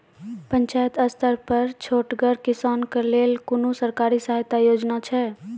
पंचायत स्तर पर छोटगर किसानक लेल कुनू सरकारी सहायता योजना छै?